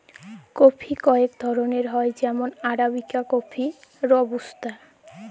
coffee কয়েক ধরলের হ্যয় যেমল আরাবিকা কফি, রবুস্তা